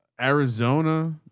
arizona.